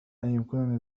أيمكنني